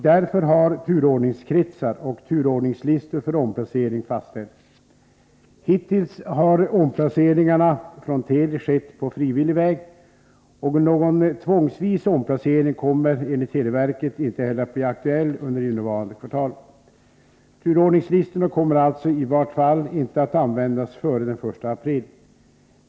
Därför har turordningskretsar och turordningslistor för omplacering fastställts. Hittills har omplaceringarna från Teli skett på frivillig väg, och någon tvångsvis omplacering kommer, enligt televerket, inte heller att bli Nr 68 aktuell under innevarande kvartal. Turordningslistorna kommer alltså i varje Måndagen den fall inte att användas före den 1 april.